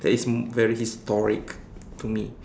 that is very historic to me